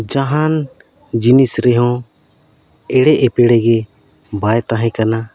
ᱡᱟᱦᱟᱱ ᱡᱤᱱᱤᱥ ᱨᱮᱦᱚᱸ ᱮᱲᱮ ᱮᱯᱲᱮᱜᱮ ᱵᱟᱭ ᱛᱟᱦᱮᱸ ᱠᱟᱱᱟ